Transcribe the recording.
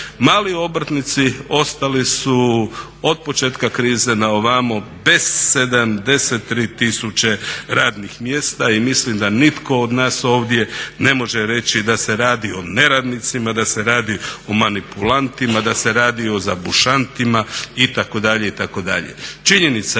Mali obrtnici ostali su od početka krize na ovamo bez 73 tisuće radnih mjesta i mislim da nitko od nas ovdje ne može reći da se radi o neradnicima, da se radi o manipulantima, da se radi o zabušantima itd.,